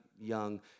young